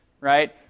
right